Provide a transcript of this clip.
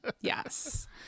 Yes